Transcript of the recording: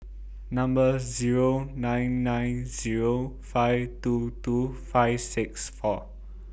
Number Zero nine nine Zero five two two five six four